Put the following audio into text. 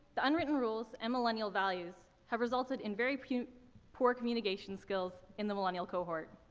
the unwritten rules, and millennial values have resulted in very pu poor communication skills in the millennial cohort.